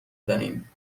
دانیم